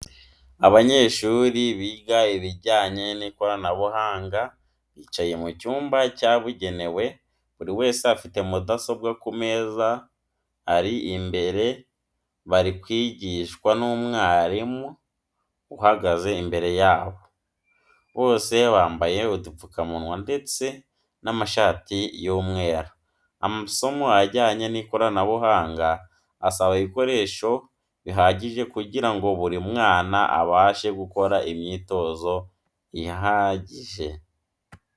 Abanyeshuri biga ibijyanye n'ikoranabuhanga bicaye mu cyumba cyabugenewe, buri wese afite mudasobwa ku meza ari imbere barimo kwigishwa n'umwarimu uhagaze imbere yabo, bose bambaye udupfukamunwa ndetse n'amashati y'umweru. Amasomo ajyanye n'ikoranabuhanga asaba ibikoreso bihagije kugira ngo buri mwana abashe gukora imyitozo ihagije.